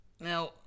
Now